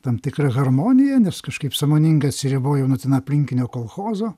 tam tikra harmonija nes kažkaip sąmoningai atsiribojau nuo ten aplinkinio kolchozo